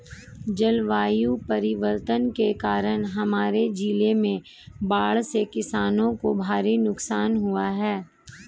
जलवायु परिवर्तन के कारण हमारे जिले में बाढ़ से किसानों को भारी नुकसान हुआ है